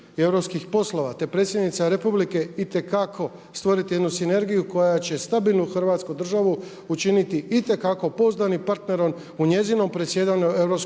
te predsjednica republike itekako stvoriti jednu sinergiju koja će stabilnu Hrvatsku državu učiniti itekako pouzdanim partnerom u njezinom predsjedanju